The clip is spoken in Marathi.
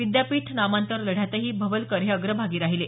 विद्यांपीठ नामांतर लढ्यांतही भवलकर हे अग्रभागी राहीले